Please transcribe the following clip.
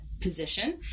position